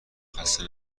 خسته